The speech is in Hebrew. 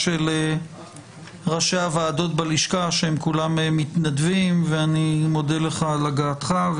של ראשי הוועדות בלשכה שכולם מתנדבים ואני מודה לך על הגעתך.